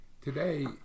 Today